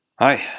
Hi